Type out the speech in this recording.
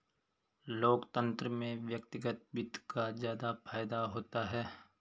लोकतन्त्र में व्यक्तिगत वित्त का ज्यादा फायदा होता है